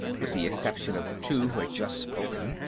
with the exception of the two who had just spoken,